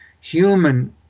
human